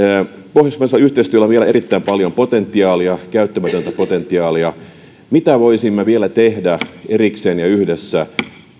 pohjoismaisella yhteistyöllä on vielä erittäin paljon potentiaalia käyttämätöntä potentiaalia mitä voisimme vielä tehdä erikseen ja yhdessä